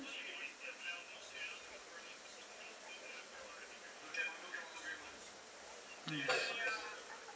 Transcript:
mm